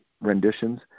renditions